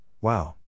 wow